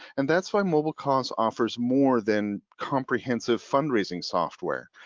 and that's why mbilecause offers more than comprehensive fundraising software.